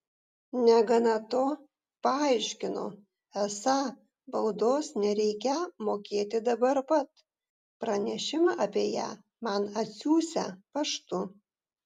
negana to paaiškino esą baudos nereikią mokėti dabar pat pranešimą apie ją man atsiųsią paštu